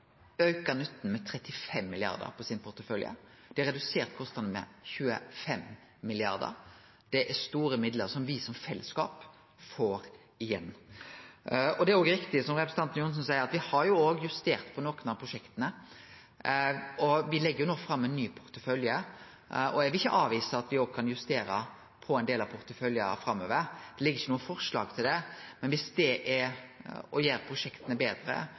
auka nytten med 35 mrd. kr på porteføljen sin. Dei har redusert kostnadene med 25 mrd. kr. Det er store midlar som me som fellesskap får igjen. Det er òg riktig som representanten Johnsen seier, at me har justert nokre av prosjekta. Me legg nå fram ein ny portefølje, og eg vil ikkje avvise at me òg kan justere ein del av porteføljen framover. Det ligg ikkje noko forslag til det, men om det å sjå heilskapen kan gjere prosjekta betre,